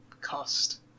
cost